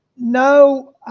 no